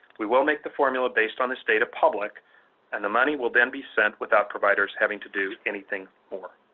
we will make the formula based on this data public and the money will then be sent without providers having to do anything more.